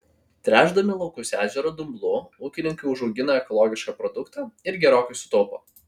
tręšdami laukus ežero dumblu ūkininkai užaugina ekologišką produktą ir gerokai sutaupo